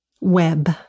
web